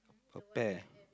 a pear